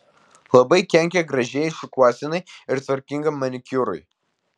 labai kenkia gražiai šukuosenai ir tvarkingam manikiūrui